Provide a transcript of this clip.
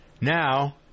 Now